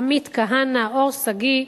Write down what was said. עמית כהנא, אור שגיא,